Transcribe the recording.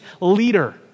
leader